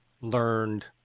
learned